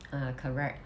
ah correct